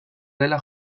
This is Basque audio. dela